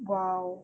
!wow!